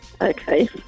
okay